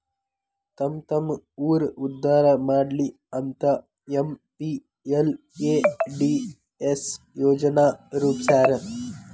ತಮ್ಮ್ತಮ್ಮ ಊರ್ ಉದ್ದಾರಾ ಮಾಡ್ಲಿ ಅಂತ ಎಂ.ಪಿ.ಎಲ್.ಎ.ಡಿ.ಎಸ್ ಯೋಜನಾ ರೂಪ್ಸ್ಯಾರ